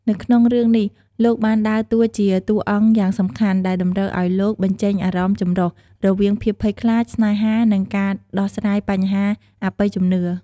នៅក្នុងរឿង នេះលោកបានដើរតួជាតួអង្គយ៉ាងសំខាន់ ដែលតម្រូវឱ្យលោកបញ្ចេញអារម្មណ៍ចម្រុះ រវាងភាពភ័យខ្លាច ស្នេហា និងការដោះស្រាយបញ្ហាអបិយជំនឿ។